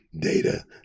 data